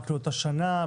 רק לאותה שנה?